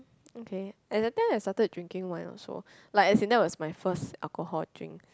okay at that time I started drinking wine also like as in that was my first alcohol drink